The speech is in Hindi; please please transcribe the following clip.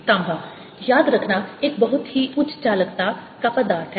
तांबा याद रखना एक बहुत ही उच्च चालकता पदार्थ है